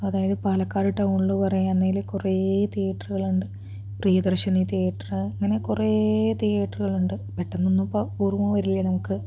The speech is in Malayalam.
അതായത് പാലക്കാട് ടൗണിൽ കുറേ തിയേറ്ററുകളുണ്ട് പ്രിയദർശിനി തീയേറ്റർ അങ്ങനെ കുറേ തിയേറ്ററുകളുണ്ട് പെട്ടെന്നൊന്നുമിപ്പോൾ ഓർമ്മ വരില്ല നമുക്ക്